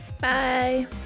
Bye